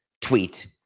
tweet